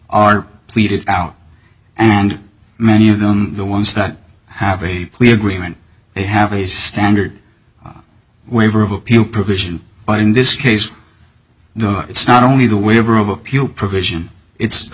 are pleaded out and many of them the ones that have a plea agreement they have a standard waiver of appeal provision but in this case though it's not only the waiver of a few provision it's the